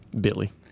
Billy